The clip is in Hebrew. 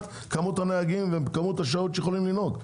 כמות הנהגים וכמות השעות שיכולים לנהוג.